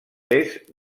est